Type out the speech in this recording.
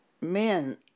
men